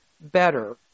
better